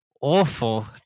awful